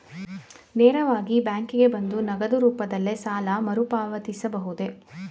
ನೇರವಾಗಿ ಬ್ಯಾಂಕಿಗೆ ಬಂದು ನಗದು ರೂಪದಲ್ಲೇ ಸಾಲ ಮರುಪಾವತಿಸಬಹುದೇ?